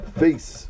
face